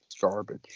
garbage